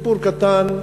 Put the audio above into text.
סיפור קטן,